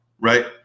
Right